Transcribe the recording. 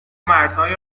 مردهای